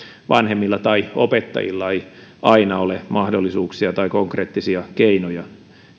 vanhemmilla tai opettajilla ei aina ole mahdollisuuksia tai konkreettisia keinoja